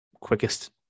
quickest